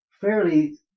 fairly